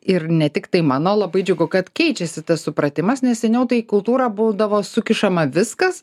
ir ne tiktai mano labai džiugu kad keičiasi tas supratimas nes seniau tai į kultūrą būdavo sukišama viskas